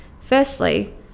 Firstly